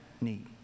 need